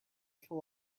kill